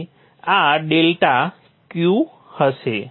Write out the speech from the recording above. તેથી આ delta Q હશે